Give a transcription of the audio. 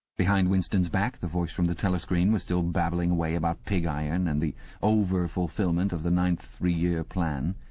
behind winston's back the voice from the telescreen was still babbling away about pig-iron and and the overfulfilment of the ninth three-year plan.